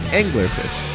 anglerfish